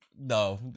no